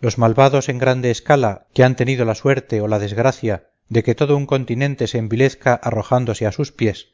los malvados en grande escala que han tenido la suerte o la desgracia de que todo un continente se envilezca arrojándose a sus pies